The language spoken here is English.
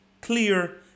clear